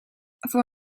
voor